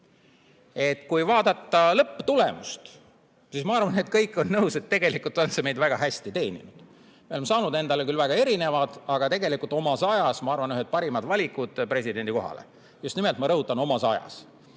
kui vaadata lõpptulemust, ma arvan, et kõik on nõus, et tegelikult on see meid väga hästi teeninud. Me oleme saanud endale küll väga erinevad, aga tegelikult omas ajas, ma arvan, ühed parimad valikud presidendi kohale. Just nimelt – ma rõhutan – omas ajas.